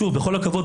שוב בכל הכבוד,